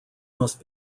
must